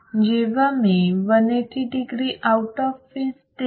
जेव्हा मी ही 180 degree आऊट ऑफ फेज देते